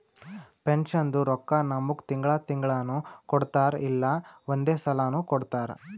ಪೆನ್ಷನ್ದು ರೊಕ್ಕಾ ನಮ್ಮುಗ್ ತಿಂಗಳಾ ತಿಂಗಳನೂ ಕೊಡ್ತಾರ್ ಇಲ್ಲಾ ಒಂದೇ ಸಲಾನೂ ಕೊಡ್ತಾರ್